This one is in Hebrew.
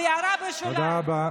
אנחנו מדינה יהודית, לא הפוך.